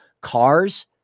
Cars